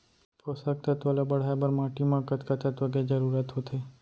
पोसक तत्व ला बढ़ाये बर माटी म कतका तत्व के जरूरत होथे?